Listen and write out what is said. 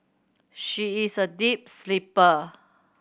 she is a deep sleeper